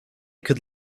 could